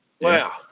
Wow